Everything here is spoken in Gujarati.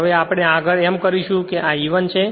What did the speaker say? હવે આગળ આપણે એમ કરીશું કે આ E1 છે